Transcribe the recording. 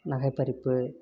நகை பறிப்பு